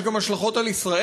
יש השלכות גם על ישראל,